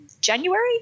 January